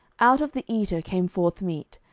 out of the eater came forth meat,